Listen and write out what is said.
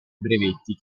brevetti